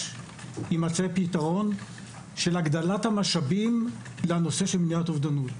יימצא פתרון של הגדלת המשאבים לנושא מניעת אובדנות.